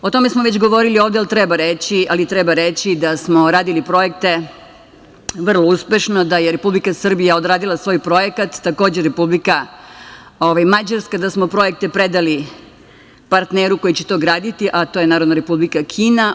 O tome smo već govorili ovde, ali treba reći da smo radili projekte vrlo uspešno, da je Republika Srbija odradila svoj projekat, takođe Republika Mađarska, da smo projekte predali partneru koji će to graditi, a to je Narodna Republika Kina.